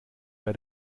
bei